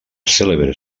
cèlebre